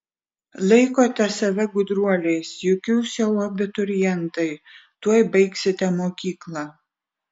laikote save gudruoliais juk jūs jau abiturientai tuoj baigsite mokyklą